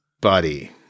buddy